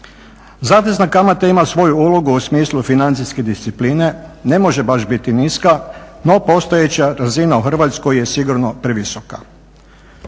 Zatezna kamata ima svoju ulogu u smislu financijske discipline, ne može baš biti niska, no postojeća razina u Hrvatskoj je sigurno previsoka.